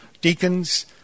deacons